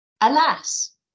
Alas